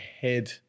head